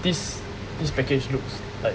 this this package looks like